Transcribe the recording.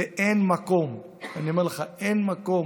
ואין מקום, אני אומר לך, אין מקום,